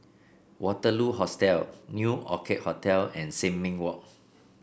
Waterloo Hostel New Orchid Hotel and Sin Ming Walk